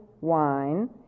wine